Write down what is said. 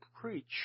preach